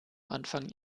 anfang